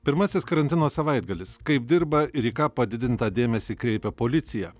pirmasis karantino savaitgalis kaip dirba ir į ką padidintą dėmesį kreipia policija